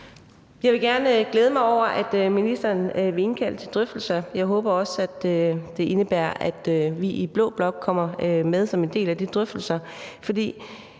Jeg vil gerne udtrykke min glæde over, at ministeren vil indkalde til drøftelser. Jeg håber også, at det indebærer, at vi i blå blok kommer med som en del af de drøftelser.